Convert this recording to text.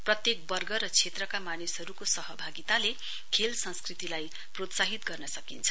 प्रत्येक वर्ग र क्षेत्रका मानिसहरुको सहभागिताले खेल संस्कृतिलाई प्रोत्साहित गर्न सकिन्छ